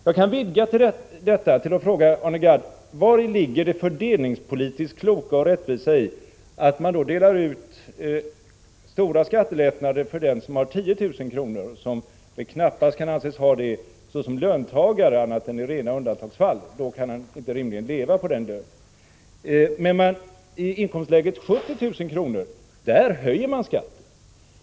Jag kan vidga detta till att fråga Arne Gadd: Vari ligger det fördelningspolitiskt kloka och rättvisa i att man delar ut stora skattelättnader till dem som har 10 000 kr. i inkomst — vilket de knappast kan anses ha som löntagare annat än i rena undantagsfall, för de kan inte rimligen leva på den lönen — medan man i inkomstläget 70 000 kr. höjer skatten?